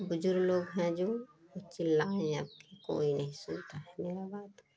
बुजुर्ग लोग हैं जो वो चिल्लाएँ अब कि कोई नहीं सुनता है मेरा बात